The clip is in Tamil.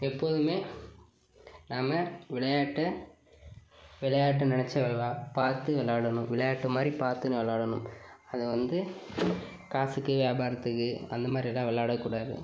எப்போதுமே நாம விளையாட்டை விளையாட்டை நினச்சி பார்த்து விளாடணும் விளையாட்டு மாதிரி பார்த்து நல்லா விளாடணும் அது வந்து காசுக்கு வியாபாரத்துக்கு அந்தமாதிரி எலலாம் விளாடவேக்கூடாது